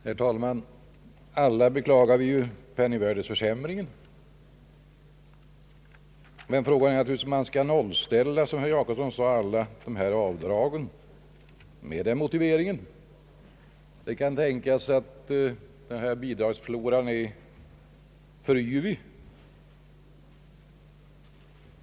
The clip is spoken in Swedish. Herr talman! Alla beklagar vi ju penningvärdeförsämringen, men frågan är naturligtvis om man med hänvisning till den skall, som herr Jacobsson sade, nollställa alla de här avdragen. Det kan tänkas att avdragsfloran är för yvig.